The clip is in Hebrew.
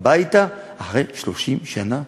פולארד הביתה אחרי 30 שנה.